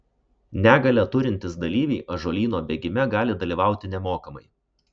negalią turintys dalyviai ąžuolyno bėgime gali dalyvauti nemokamai